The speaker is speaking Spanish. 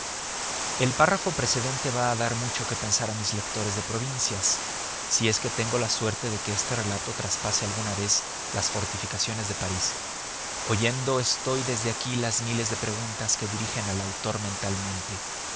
el párrafo precedente va a dar mucho que pensar a mis lectores de provincias si es que tengo la suerte de que este relato traspase alguna vez las fortificaciones de parís oyendo estoy desde aquí las miles de preguntas que dirigen al autor mentalmente